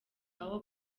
aho